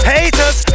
Haters